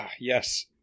Yes